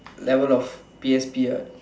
level of P_S_P what